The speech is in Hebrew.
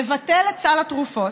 לבטל את סל התרופות,